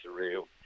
surreal